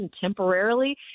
temporarily